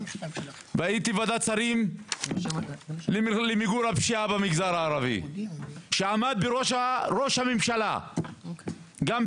הייתי בוועדת שרים למיגור הפשיעה במגזר הערבי ובראשה עמד ראש הממשלה,